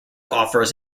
offers